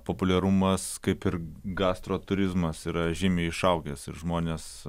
populiarumas kaip ir gastro turizmas yra žymiai išaugęs žmonės